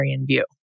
view